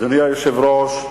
אדוני היושב-ראש,